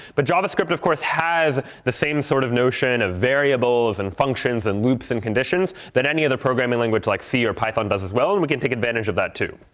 but javascript, of course, has the same sort of notion of variables and functions and loops and conditions that any other programming language, like c or python, does as well. and we can take advantage of that too.